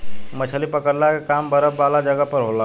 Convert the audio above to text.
मछली पकड़ला के काम बरफ वाला जगह पर होला